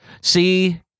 see